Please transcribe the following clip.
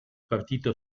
partito